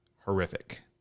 horrific